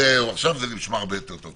עכשיו זה נשמע הרבה יותר טוב.